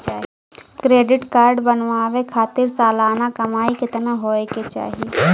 Credit card बनवावे खातिर सालाना कमाई कितना होए के चाही?